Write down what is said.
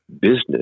business